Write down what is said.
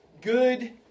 good